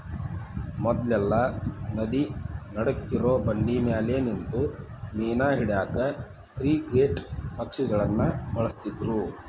ಮೊದ್ಲೆಲ್ಲಾ ನದಿ ನಡಕ್ಕಿರೋ ಬಂಡಿಮ್ಯಾಲೆ ನಿಂತು ಮೇನಾ ಹಿಡ್ಯಾಕ ಫ್ರಿಗೇಟ್ ಪಕ್ಷಿಗಳನ್ನ ಬಳಸ್ತಿದ್ರು